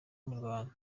imirwano